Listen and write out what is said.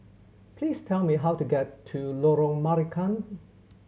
please tell me how to get to Lorong Marican